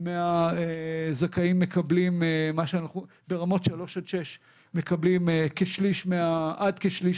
מהזכאים ברמות 3 עד 6 מקבלים עד כשליש